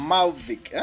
Malvik